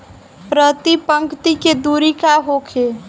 प्रति पंक्ति के दूरी का होखे?